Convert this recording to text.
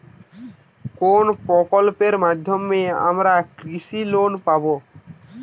কোন প্রকল্পের মাধ্যমে আমরা কৃষি লোন পাবো?